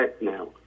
now